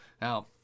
Now